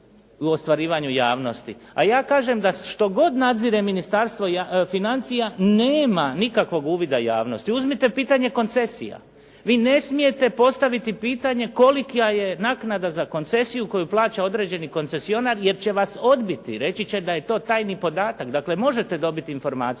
u ostvarivanju javnosti, a ja kažem da što god nadzire Ministarstvo financije nema nikakvog uvida javnosti. Uzmite pitanje koncesija. Vi ne smijete postaviti pitanje kolika je naknada za koncesiju koju plaća određeni koncesionar jer će vam odbiti. Reći će da je to tajni podatak. Dakle, možete dobiti informaciju